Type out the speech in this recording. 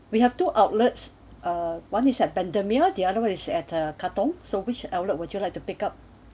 we have two outlets uh one is at bendemeer the other one is at uh katong so which outlet would you like to pick up